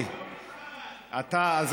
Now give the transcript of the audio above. אין לך מילה.